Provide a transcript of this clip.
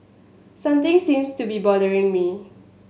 something seems to be bothering me